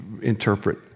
interpret